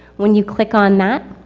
when you click on that.